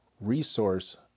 resource